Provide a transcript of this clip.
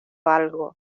algo